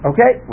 Okay